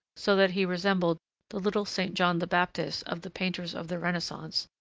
so that he resembled the little saint john the baptist of the painters of the renaissance,